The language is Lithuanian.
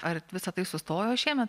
ar visa tai sustojo šiemet